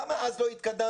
למה אז לא התקדמתם?